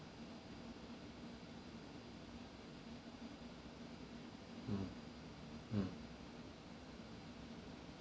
mm mm